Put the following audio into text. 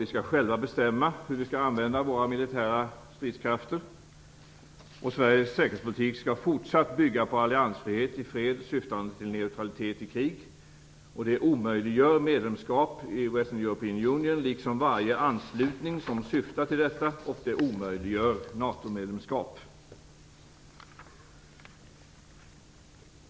Vi skall själva bestämma hur vi skall använda våra militära stridskrafter. Sveriges säkerhetspolitik skall även fortsättningsvis bygga på alliansfrihet i fred syftande till neutralitet i krig. Det omöjliggör medlemskap i Western European Union liksom varje anslutning som syftar till detta. Det omöjliggör också ett NATO-medlemskap.